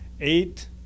eight